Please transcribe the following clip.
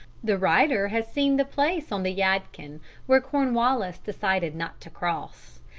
the writer has seen the place on the yadkin where cornwallis decided not to cross.